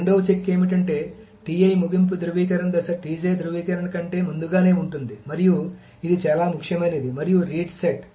రెండవ చెక్ ఏమిటంటే ముగింపు ధ్రువీకరణ దశ ధ్రువీకరణ కంటే ముందుగానే ఉంటుంది మరియు ఇది చాలా ముఖ్యమైనది మరియు రీడ్ సెట్